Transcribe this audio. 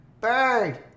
bird